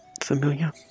Familiar